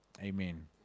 Amen